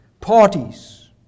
parties